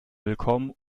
willkommen